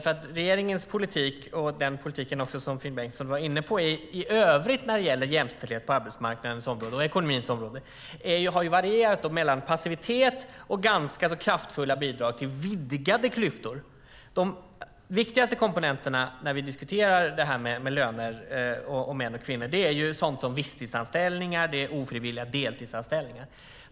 Regeringens politik, och den politik som Finn Bengtsson var inne på, har i övrigt när det gäller jämställdhet och ekonomi på arbetsmarknaden varierat mellan passivitet och kraftfulla bidrag till vidgade klyftor. De viktigaste komponenterna när vi diskuterar löner och män och kvinnor är sådant som visstidsanställningar och ofrivilliga deltidsanställningar.